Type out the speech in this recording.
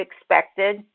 expected